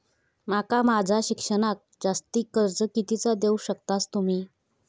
माका माझा शिक्षणाक जास्ती कर्ज कितीचा देऊ शकतास तुम्ही?